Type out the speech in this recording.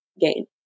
gain